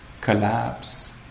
collapse